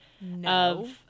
No